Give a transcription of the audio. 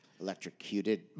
electrocuted